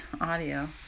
audio